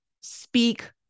speak